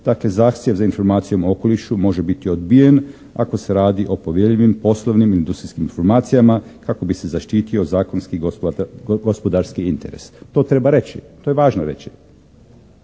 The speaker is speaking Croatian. Dakle, zahtjev za informacijama o okolišu može biti odbijen ako se radi o povjerljivim poslovnim, industrijskim informacijama kako bi se zaštitio zakonski, gospodarski interes. To treba reći. To je važno reći.